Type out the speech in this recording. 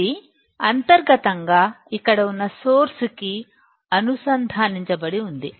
ఇది అంతర్గతంగా ఇక్కడ ఉన్న సోర్స్ కి అనుసంధానించబడి ఉంది